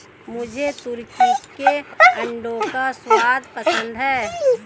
मुझे तुर्की के अंडों का स्वाद पसंद है